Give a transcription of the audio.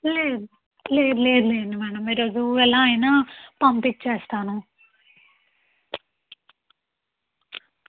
లేదు లేదు లేదులేండి మేడం ఈ రోజు ఎలా అయినా పంపిచ్చేస్తాను